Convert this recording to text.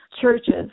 churches